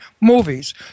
movies